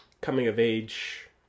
coming-of-age